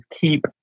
keep